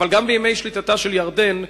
אבל גם בימי שליטתה של ירדן בירושלים,